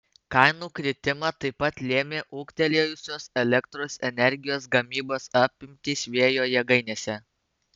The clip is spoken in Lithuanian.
kainų kritimą taip pat lėmė ūgtelėjusios elektros energijos gamybos apimtys vėjo jėgainėse